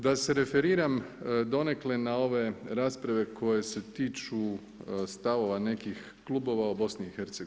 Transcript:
Da se referiram donekle na ove rasprave koje se tiču stavova nekih klubova u BIH.